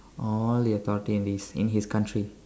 all the authority in this in his country